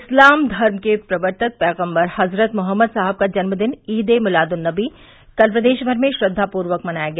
इस्लाम धर्म के प्रवर्तक पैग़म्बर हज़रत मोहम्मद साहब का जन्मदिन ईद ए मिलादुन नबी कल प्रदेश भर में श्रद्वापूर्वक मनाया गया